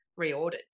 reordered